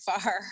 far